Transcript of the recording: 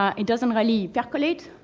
um it doesn't really percolate.